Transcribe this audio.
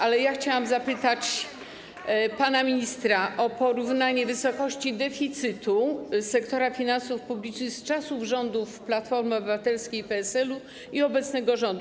Ale ja chciałam zapytać pana ministra o porównanie wysokości deficytu sektora finansów publicznych z czasów rządów Platformy Obywatelskiej i PSL-u i z czasów obecnego rządu.